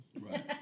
Right